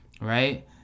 right